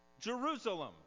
Jerusalem